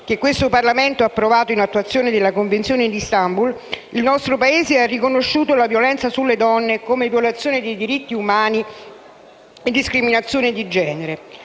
che questo Parlamento ha approvato in attuazione della Convenzione di Istanbul, il nostro Paese ha riconosciuto la violenza sulle donne come violazione dei diritti umani e discriminazione di genere.